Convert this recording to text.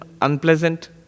unpleasant